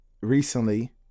recently